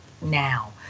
now